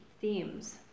themes